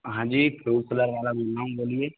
हाँ जी fruit seller वाला बोल रहा हूँ बोलिए